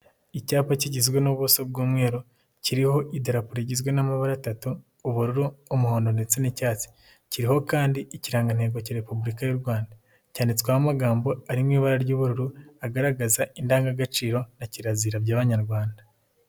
Icyapa kigizwe n'ubuso bw'umweru, kiriho iderapo rigizwe n'amabara atatu: ubururu, umuhondo ndetse n'icyatsi. Kiriho kandi ikirangantego cya repubulika y'u Rwanda, cyanditsweho amagambo ari mu ibara ry'ubururu, agaragaza indangagaciro na kirazira by'abanyarwanda.